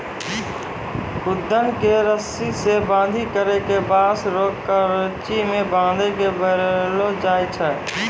खुद्दन के रस्सी से बांधी करी के बांस रो करची मे बांधी के बनैलो जाय छै